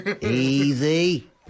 easy